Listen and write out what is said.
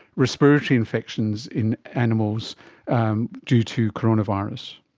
respiratory infections in animals um due to coronavirus?